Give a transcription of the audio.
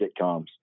sitcoms